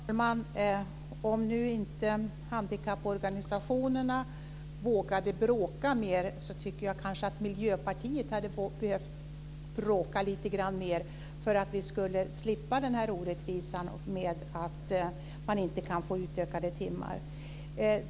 Fru talman! Om nu inte handikapporganisationerna vågade bråka mer tycker jag kanske att Miljöpartiet hade behövt bråka lite mer så att vi hade sluppit den här orättvisan med att man inte kan få utökade timmar.